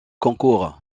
concours